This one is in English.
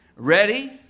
Ready